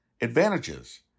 advantages